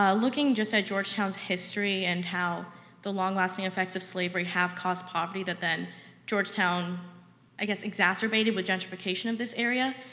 um looking just at georgetown's history and how the long-lasting effects of slavery have caused poverty that then georgetown i guess exacerbated with gentrification of this area.